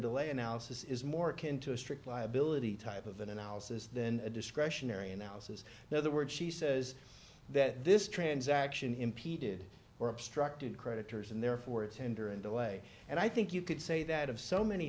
delay analysis is more akin to a strict liability type of analysis than a discretionary analysis now the word she says that this transaction impeded or obstructed creditors and therefore it's tender in the way and i think you could say that of so many